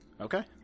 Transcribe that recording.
Okay